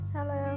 Hello